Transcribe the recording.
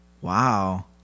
Wow